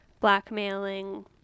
blackmailing